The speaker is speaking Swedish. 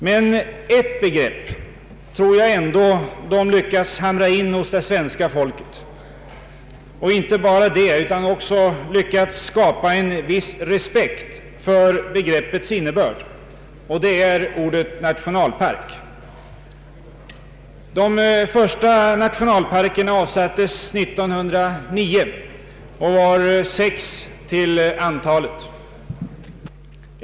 Men ett begrepp tror jag ändå att de lyckats ”hamra in” hos det svenska folket och även lyckats skapa en viss respekt för. Det är ordet nationalpark. De första nationalparkerna avsattes 1909 och var sex till antalet.